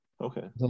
okay